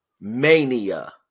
mania